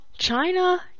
China